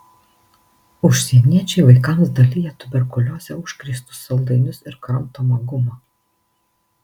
užsieniečiai vaikams dalija tuberkulioze užkrėstus saldainius ir kramtomą gumą